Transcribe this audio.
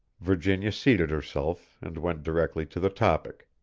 virginia seated herself, and went directly to the topic.